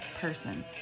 person